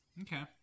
Okay